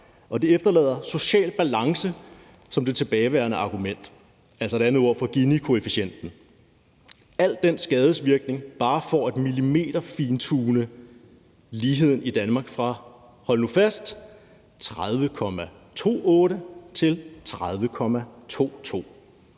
Det efterlader social balance som det tilbageværende argument, altså et andet ord for Ginikoefficienten. Al den skadevirkning bare for at millimeterfintune ligheden i Danmark fra – hold